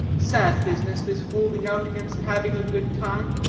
sad business, this holding out against having a good time.